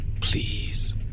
Please